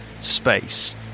space